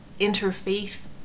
interfaith